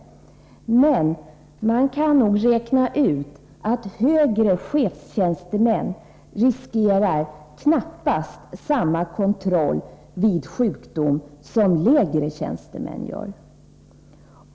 Man kan ju räkna ut att högre chefstjänstemän knappast riskerar samma kontroll vid sjukdom som lägre tjänstemän.